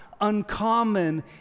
uncommon